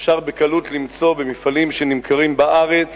אפשר בקלות למצוא במוצרים שנמכרים בארץ